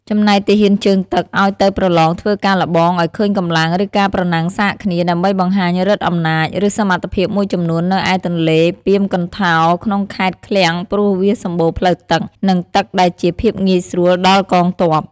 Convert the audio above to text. ចំណែកទាហានជើងទឹក ឱ្យទៅប្រឡងធ្វើការល្បងឲ្យឃើញកម្លាំង ឬការប្រណាំងសាកគ្នា ដើម្បីបង្ហាញឫទ្ធិអំណាច ឬសមត្ថភាពមួយចំនួននៅឯទន្លេពាមកន្ថោរ ក្នុងខេត្តឃ្លាំងព្រោះវាសម្បូរផ្លូវទឹក នឹងទឹកដែលជាភាពងាយស្រួលដល់កងទ័ព។